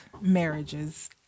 marriages